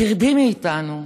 תרדי מאיתנו.